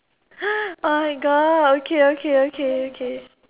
oh my god okay okay okay okay